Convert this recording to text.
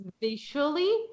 visually